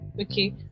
okay